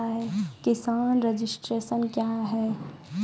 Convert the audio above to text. किसान रजिस्ट्रेशन क्या हैं?